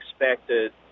expected